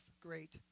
great